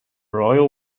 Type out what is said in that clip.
royal